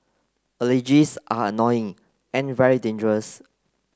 allergies are annoying and very dangerous